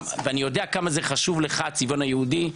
ואני יודע כמה זה חשוב לך הצביון היהודי,